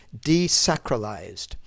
desacralized